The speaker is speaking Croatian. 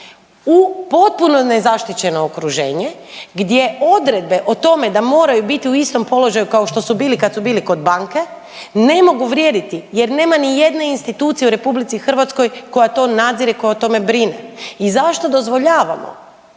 u potpuno nezaštićeno okruženje gdje odredbe o tome da moraju biti u istom položaju kao što su bili kad su bili kod banke ne mogu vrijediti jer nema ni jedne institucije u RH koja to nadzire, koja o tome brine. I zašto dozvoljavamo,